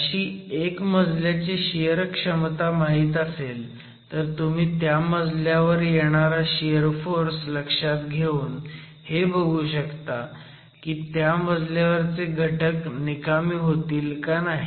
अशी एका मजल्याची शियर क्षमता माहीत असेल तर तुम्ही त्या मजल्यावर येणारा शियर फोर्स लक्ष्यात घेऊन हे बघू शकता की त्या मजल्यावरचे घटक निकामी होतील का नाही